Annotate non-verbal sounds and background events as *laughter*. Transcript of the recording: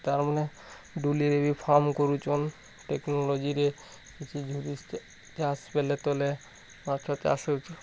ତାର୍ ମାନେ ଡ଼ୁଲିରେ ବି ଫାର୍ମ କରୁଛନ୍ ଟେକ୍ନୋଲୋଜିରେ *unintelligible* ତଲେ ମାଛ ଚାଷ ହଉଛି